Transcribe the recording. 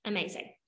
Amazing